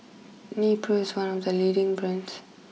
Nepro is one of the leading brands